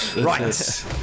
Right